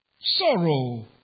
sorrow